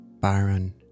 Byron